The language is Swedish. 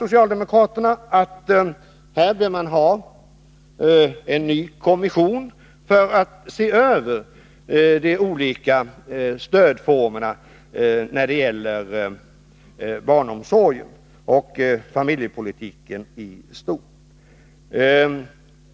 Socialdemokraterna anser att det behövs en ny kommission, som skall se över de olika stödformerna när det gäller barnomsorgen och familjepolitiken i stort.